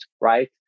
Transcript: right